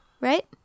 Right